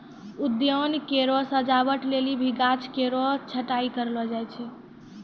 उद्यान केरो सजावट लेलि भी गाछो केरो छटाई कयलो जाय छै